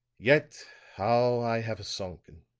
yet how i have sunken.